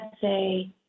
say